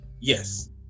yes